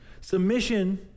Submission